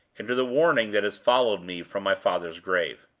and to the warning that has followed me from my father's grave.